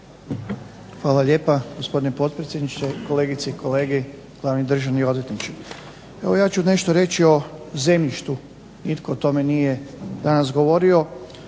Hvala lijepa, gospodine potpredsjedniče. Kolegice i kolege, glavni državni odvjetniče. Evo ja ću nešto reći o zemljištu, nitko o tome nije danas govorio.